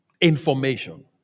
information